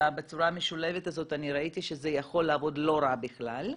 בצורה המשולבת הזאת אני ראיתי שזה יכול לעבוד לא רע בכלל,